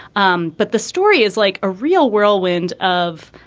um but the story is like a real whirlwind of,